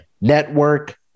Network